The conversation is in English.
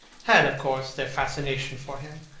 had, of course, their fascination for him.